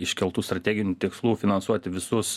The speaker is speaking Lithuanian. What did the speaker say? iškeltų strateginių tikslų finansuoti visus